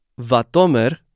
vatomer